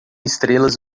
estrelas